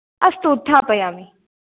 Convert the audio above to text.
अस्तु उत्थापयामि